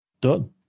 Done